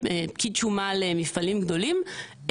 פקיד שומה למפעלים גדולים,